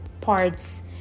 parts